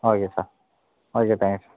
okay sir okay thanks